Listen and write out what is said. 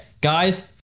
guys